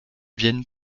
viennent